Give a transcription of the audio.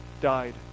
died